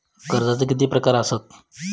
कर्जाचे किती प्रकार असात?